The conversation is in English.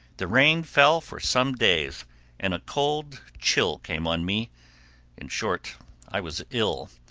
the rain fell for some days and a cold chill came on me in short i was ill.